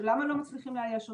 למה לא מצליחים לאייש אותם,